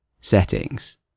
settings